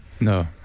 No